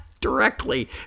directly